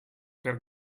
per